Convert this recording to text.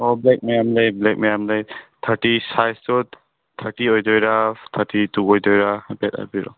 ꯑꯣ ꯕ꯭ꯂꯦꯛ ꯃꯌꯥꯝ ꯂꯩ ꯕ꯭ꯂꯦꯛ ꯃꯌꯥꯝ ꯂꯩ ꯊꯥꯔꯇꯤ ꯁꯥꯏꯁꯇꯣ ꯊꯥꯔꯇꯤ ꯑꯣꯏꯗꯣꯏꯔ ꯊꯥꯔꯇꯤ ꯇꯨ ꯑꯣꯏꯗꯣꯏꯔ ꯍꯥꯏꯐꯦꯠ ꯍꯥꯏꯕꯤꯔꯛꯑꯣ